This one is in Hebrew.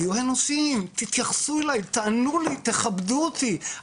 תהיו אנושיים, תתייחסו אליי, תענו לי, תכבדו אותי.